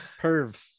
Perv